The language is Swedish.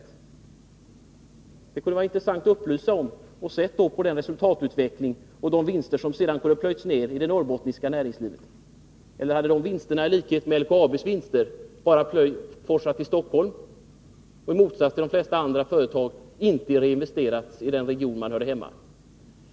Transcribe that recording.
Det kunde vara intressant att få veta vilken resultatutveckling man väntade sig och vilka vinster man hade kunnat plöja ner i det norrbottniska näringslivet. Eller hade de vinsterna i likhet med LKAB:s vinster hamnat i Stockholm och i motsats till vad som sker i de flesta andra företag inte reinvesterats i den region där företaget hör hemma?